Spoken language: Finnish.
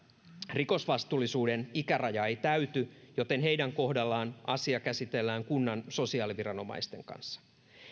rikosvastuullisuuden ikäraja ei täyty joten heidän kohdallaan asia käsitellään kunnan sosiaaliviranomaisten kanssa